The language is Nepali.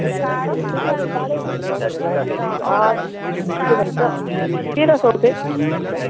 यसो त्यसो त साह्रै भन्नुभयो भनेर के भन्छ तेह्र सय चाहिँ हुन्छ